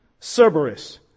Cerberus